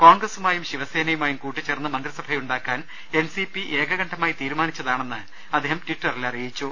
കോൺഗ്ര സുമായും ശിവസേനയുമായും കൂട്ടുചേർന്ന് മന്ത്രിസഭയുണ്ടാക്കാൻ എൻ സി പി ഏകകണ്ഠമായി തീരുമാനിച്ചതാണെന്ന് അദ്ദേഹം ട്വിറ്ററിൽ അറിയി ച്ചു